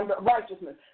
righteousness